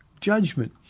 judgment